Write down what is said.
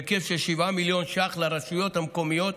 בהיקף של 7 מיליון ש"ח לרשויות המקומיות,